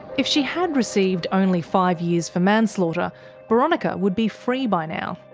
if she had received only five years for manslaughter. boronika would be free by now.